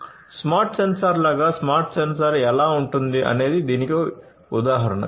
కాబట్టి smart sensor లాగా smart sensor ఎలా ఉంటుంది అనేది దీనికి ఉదాహరణ